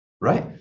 right